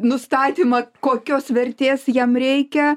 nustatymą kokios vertės jam reikia